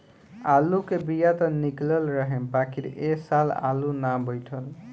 आलू के बिया त निकलल रहे बाकिर ए साल आलू ना बइठल